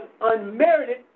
unmerited